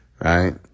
right